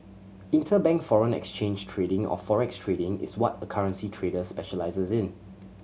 interbank foreign exchange trading or forex trading is what a currency trader specialises in